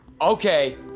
Okay